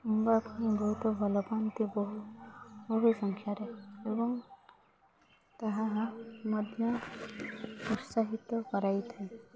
ବହୁତ ଭଲ ପାଆନ୍ତି ବହୁ ସଂଖ୍ୟାରେ ଏବଂ ତାହା ମଧ୍ୟ ଉତ୍ସାହିତ କରାଇଥାଏ